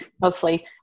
mostly